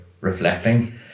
reflecting